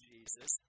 Jesus